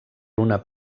una